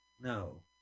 No